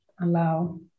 allow